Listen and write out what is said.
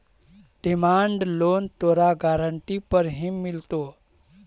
demand loan तोरा guarantee पर ही मिलतो